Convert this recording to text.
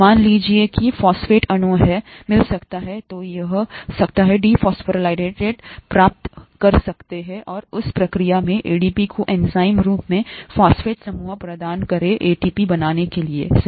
मान लीजिए कि फॉस्फेट अणु है मिल सकता है हो सकता है dephosphorylated प्राप्त करें और उस प्रक्रिया में ADP को एंजाइम रूप से फॉस्फेट समूह प्रदान करें एटीपी बनाने के लिए सही